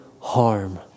harm